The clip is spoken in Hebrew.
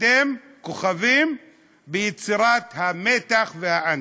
אתם כוכבים ביצירת המתח והאנטי.